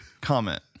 comment